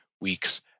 week's